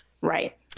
right